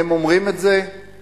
הם אומרים את זה בדיור,